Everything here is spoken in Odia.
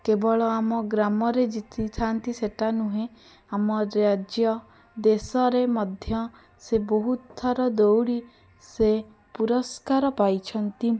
କେବଳ ଆମ ଗ୍ରାମରେ ଜିତିଥାଆନ୍ତି ସେଇଟା ନୁହେଁ ଆମ ରାଜ୍ୟ ଦେଶରେ ମଧ୍ୟ ସେ ବହୁତ ଥର ଦଉଡ଼ି ସେ ପୁରସ୍କାର ପାଇଛନ୍ତି